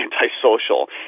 antisocial